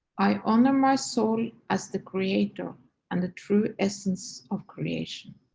i honor my soul as the creator and the true essence of creation.